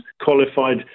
qualified